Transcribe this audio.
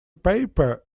paper